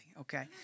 okay